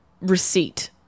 receipt